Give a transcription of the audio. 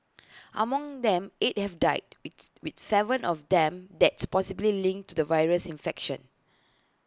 among them eight have died with with Seven of them deaths possibly linked to the virus infection